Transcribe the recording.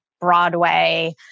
Broadway